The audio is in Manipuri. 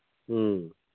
ꯎꯝ